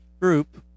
group